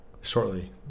shortly